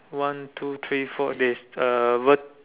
one two three four there is a vert~